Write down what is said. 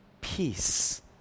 Peace